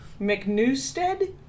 McNewstead